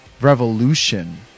revolution